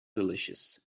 delicious